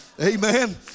amen